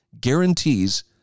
guarantees